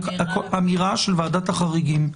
אמירה של ועדת החריגים,